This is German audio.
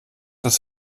das